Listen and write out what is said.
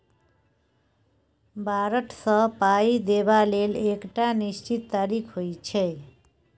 बारंट सँ पाइ देबा लेल एकटा निश्चित तारीख होइ छै